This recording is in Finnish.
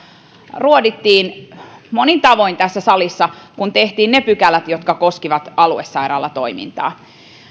ruodittiin monin tavoin tässä salissa kun tehtiin ne pykälät jotka koskivat aluesairaalatoimintaa